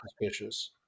suspicious